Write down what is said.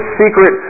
secret